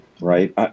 right